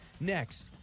Next